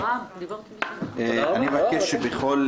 אני מבקש שבכל